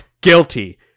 guilty